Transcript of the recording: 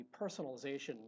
personalization